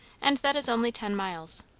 and that is only ten miles.